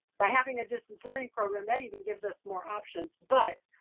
by having a distance learning program that even gives us more options. but,